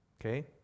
Okay